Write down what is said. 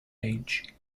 age